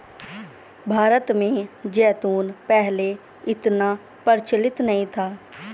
भारत में जैतून पहले इतना प्रचलित नहीं था